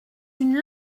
une